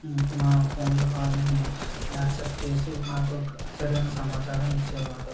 నా ఫోన్ కాల్నీ యాక్సెప్ట్ చేసి నాకు సరైన సమాచారం ఇచ్చేవాడు